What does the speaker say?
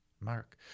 Mark